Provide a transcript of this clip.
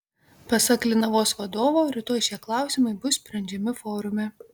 pasak linavos vadovo rytoj šie klausimai bus sprendžiami forume